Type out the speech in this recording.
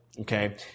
Okay